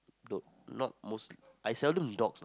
don't not mostly I seldom dogs